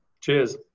Cheers